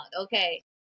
okay